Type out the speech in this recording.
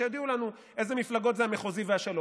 שיודיעו לנו איזה מפלגות זה המחוזי והשלום.